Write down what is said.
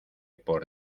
por